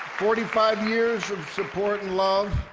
forty five years of support and love.